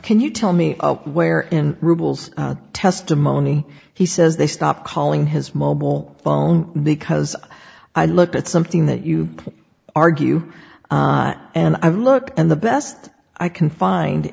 can you tell me where in rubles testimony he says they stopped calling his mobile phone because i looked at something that you argue and i looked and the best i can find